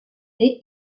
fer